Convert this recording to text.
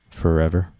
forever